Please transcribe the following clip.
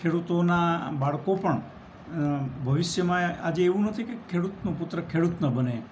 ખેડૂતોનાં બાળકો પણ ભવિષ્યમાં આજે એવું નથી કે ખેડૂતનું પુત્ર ખેડૂત ન બને